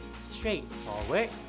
straightforward